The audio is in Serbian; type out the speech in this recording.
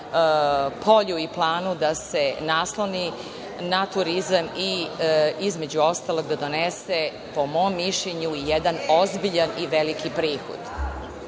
polju i planu da se nasloni na turizam, i između ostalog, da donese, po mom mišljenju, jedan ozbiljan i veliki prihod. Molim